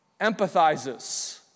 empathizes